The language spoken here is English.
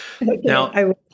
Now